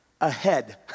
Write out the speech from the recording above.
ahead